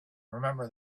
remember